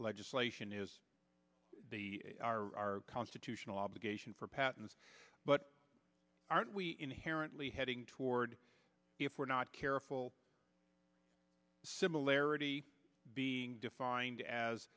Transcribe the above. legislation is the our constitutional obligation for patents but aren't we inherently heading toward if we're not careful similarity being defined as